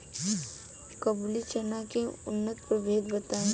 काबुली चना के उन्नत प्रभेद बताई?